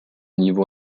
niveau